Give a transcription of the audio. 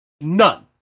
none